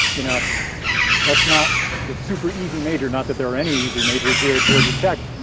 you know that's not the super easy major, not that there are any and easier majors here at georgia tech.